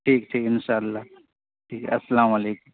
ٹھیک ٹھیک ان شاء اللہ ٹھیک ہے السلام علیکم